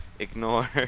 ignore